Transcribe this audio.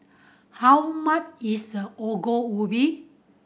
how much is the Ongol Ubi